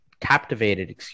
captivated